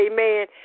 Amen